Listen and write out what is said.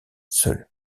seul